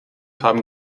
haben